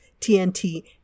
TNT